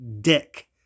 dick